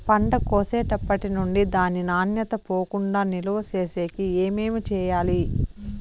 పంట కోసేటప్పటినుండి దాని నాణ్యత పోకుండా నిలువ సేసేకి ఏమేమి చేయాలి?